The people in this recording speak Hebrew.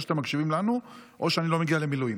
או שאתם מקשיבים לנו או שאני לא מגיע למילואים.